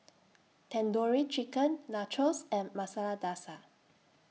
Tandoori Chicken Nachos and Masala Dosa